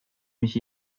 mich